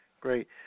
Great